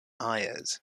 ayers